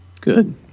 Good